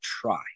try